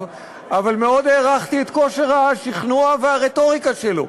אבל מאוד הערכתי את כושר השכנוע והרטוריקה שלו.